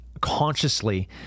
consciously